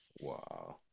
Wow